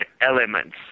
elements